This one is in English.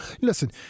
listen –